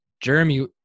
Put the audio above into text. Jeremy